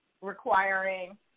requiring